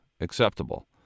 acceptable